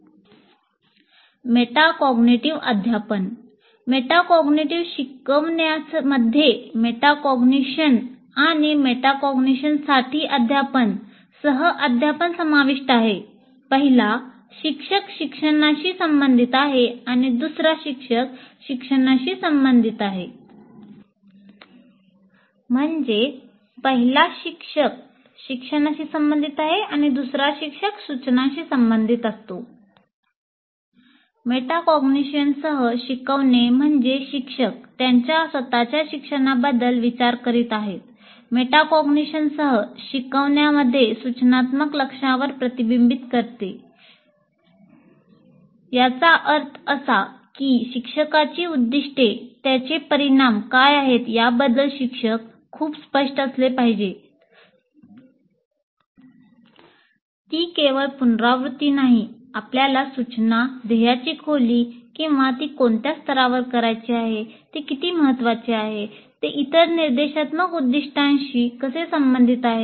metacognitive अध्यापन metacognitive शिकवण्यामध्ये 'metacognition' आणि 'मेटाकॉग्निशन' साठी 'अध्यापन' सह अध्यापन समाविष्ट आहे पहिला शिक्षक शिक्षणाशी संबंधित आहे आणि दुसरा शिक्षक सूचनांशी संबंधित आहे